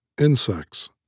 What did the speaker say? Insects